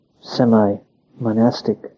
semi-monastic